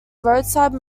roadside